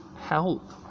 help